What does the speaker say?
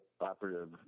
operative